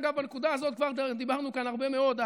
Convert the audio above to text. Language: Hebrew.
אגב, על הנקודה הזאת כבר דיברנו כאן הרבה מאוד.